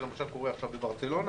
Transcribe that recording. זה למשל, קורה עכשיו בברצלונה